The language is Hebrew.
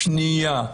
שנייה.